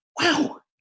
wow